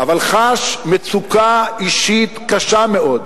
אבל חש מצוקה אישית קשה מאוד